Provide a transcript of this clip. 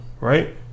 right